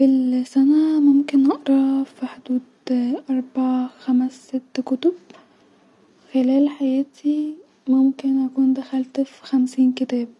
في السنه ممكن أقرأ ف حدود-اربعه-خمس/ست كتب -خلال حياتي ممكن اكون دخلت في خمسين كتاب